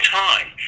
time